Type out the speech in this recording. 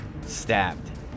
stabbed